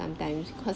sometimes cause